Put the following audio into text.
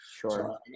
Sure